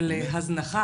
של הזנחה,